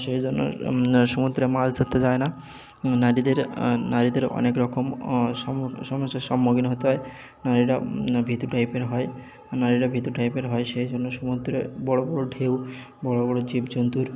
সেই জন্য সমুদ্রে মাছ ধরতে যায় না নারীদের নারীদের অনেক রকম সমস্যার সম্মুখীন হতে হয় নারীরা ভীতু টাইপের হয় নারীরা ভীতু টাইপের হয় সেই জন্য সমুদ্রে বড় বড় ঢেউ বড় বড় জীবজন্তুর